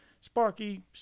Sparky